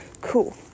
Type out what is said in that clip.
cool